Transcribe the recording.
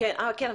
כן, כמובן.